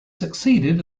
succeeded